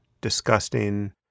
disgusting